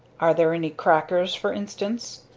are there any crackers for instance?